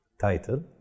title